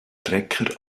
trecker